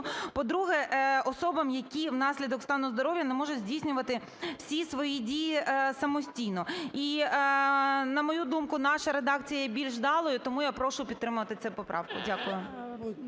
по-друге, особам, які, внаслідок стану здоров'я, не можуть здійснювати всі свої дії самостійно. І на мою думку, наша редакція є більш вдалою, тому я прошу підтримати цю поправку. Дякую.